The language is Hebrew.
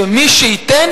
שמי שייתן,